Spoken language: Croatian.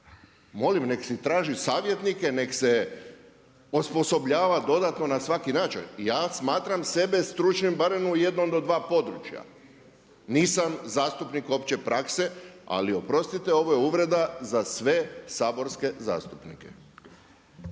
molim nek si traži savjetnike, nek se osposobljava dodatno na svaki način, ja smatram sebe stručnim barem u jednom do dva područja. Nisam zastupnik opće prakse, ali oprostite, ovo je uvreda za sve saborske zastupnike.